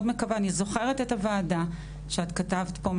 מקווה אני זוכרת את הוועדה שאת כתבת פה,